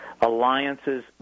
alliances